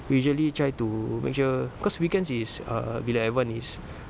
we usually try to make sure cause weekends is err bila everyone is